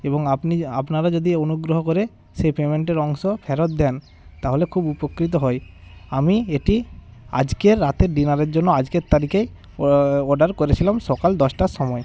এবং আপনি আপনারা যদি অনুগ্রহ করে সেই পেমেন্টের অংশ ফেরত দেন তাহলে খুব উপকৃত হয় আমি এটি আজকের রাতে ডিনারের জন্য আজকের তারিখে অর্ডার করেছিলাম সকাল দশটার সময়ে